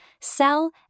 sell